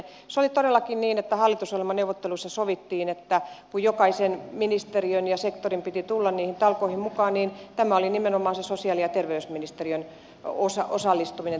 se oli todellakin niin että hallitusohjelmaneuvotteluissa sovittiin että kun jokaisen ministeriön ja sektorin piti tulla niihin talkoihin mukaan niin tämä oli nimenomaan se sosiaali ja terveysministeriön osallistuminen tähän